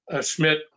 Schmidt